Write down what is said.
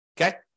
Okay